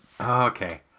Okay